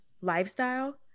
lifestyle